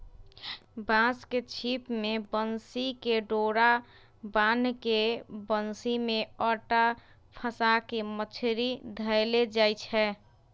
बांस के छिप में बन्सी कें डोरा बान्ह् के बन्सि में अटा फसा के मछरि धएले जाइ छै